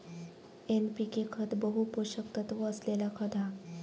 NPK खत बहु पोषक तत्त्व असलेला खत हा